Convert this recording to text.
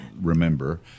remember